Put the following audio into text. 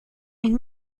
une